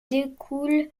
découle